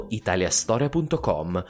italiastoria.com